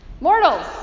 Mortals